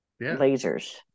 lasers